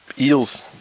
eels